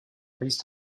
please